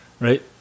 Right